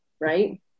Right